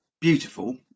beautiful